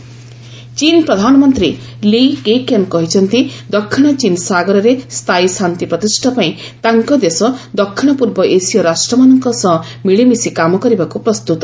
ଚୀନ୍ ଆସିଆନ୍ ଚୀନ୍ ପ୍ରଧାନମନ୍ତ୍ରୀ ଲି କେକ୍ୟାନ୍ କହିଛନ୍ତି ଦକ୍ଷିଣ ଚୀନ୍ ସାଗରରେ ସ୍ଥାୟୀ ଶାନ୍ତି ପ୍ରତିଷ୍ଠାପାଇଁ ତାଙ୍କ ଦେଶ ଦକ୍ଷିଣ ପୂର୍ବ ଏସୀୟ ରାଷ୍ଟ୍ରମାନଙ୍କ ସହ ମିଳିମିଶି କାମ କରିବାକୁ ପ୍ରସ୍ତୁତ